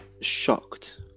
shocked